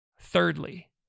Thirdly